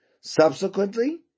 subsequently